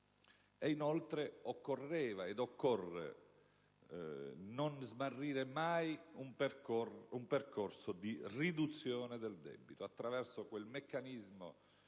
Inoltre, occorreva ed occorre non smarrire mai un percorso di riduzione del debito, attraverso il meccanismo